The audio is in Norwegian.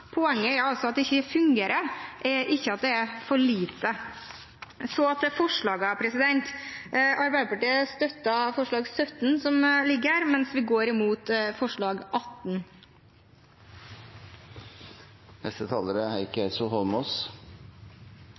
Poenget er altså at det ikke fungerer, ikke at det er for lite. Så til forslagene: Arbeiderpartiet støtter – og er med på – forslag nr. 17, mens vi går imot forslag nr. 18. Bare nullutslipp er